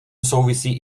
souvisí